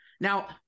Now